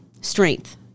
strength